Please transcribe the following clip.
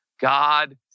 God